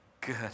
Good